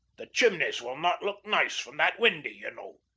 the chimneys will not look nice from that windie, ye know.